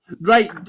Right